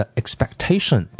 expectation